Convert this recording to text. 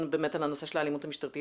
באמת על הנושא של האלימות המשטרתית,